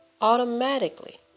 automatically